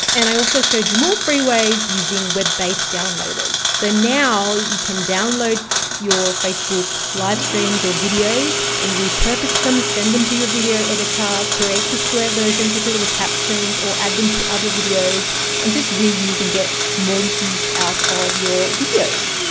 and i also showed you more freeways using web-based downloaders. so now you can download your facebook livestreams or videos and repurpose them, send them to your video editor, create the square version with the little captions or add them to other videos and just reuse and get more use out of your videos.